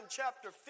chapter